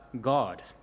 God